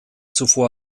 zuvor